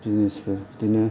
बिजनेसफोर बिदिनो